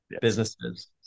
businesses